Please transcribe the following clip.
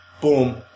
boom